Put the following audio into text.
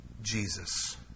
jesus